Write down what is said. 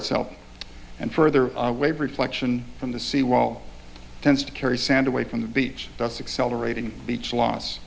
itself and further away protection from the sea wall tends to carry sand away from the beach that's accelerating beach loss